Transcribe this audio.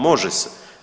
Može se!